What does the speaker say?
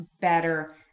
better